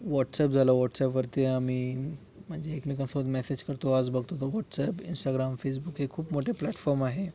WhatsApp झालं व्हाट्सॲपवरती आम्ही म्हणजे एकमेकांसोबत मेसेज करतो आज बघतो तर व्हाट्सॲप इंस्टाग्राम फेसबुक हे खूप मोठे प्लॅटफॉर्म आहे